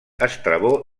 estrabó